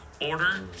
order